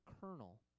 kernel